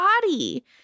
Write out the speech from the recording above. body